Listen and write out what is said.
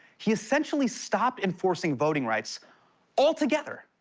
he essentially stopped enforcing voting rights altogether.